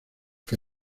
que